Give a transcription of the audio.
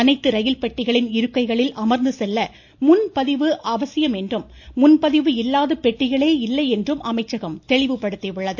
அனைத்து ரயில் பெட்டிகளின் இருக்கைகளில் அமா்ந்துசெல்ல முன்பதிவு அவசியம் என்றும் முன்பதிவு இல்லாத பெட்டிகளே இல்லை என்றும் அமைச்சகம் தெளிவுபடுத்தியுள்ளது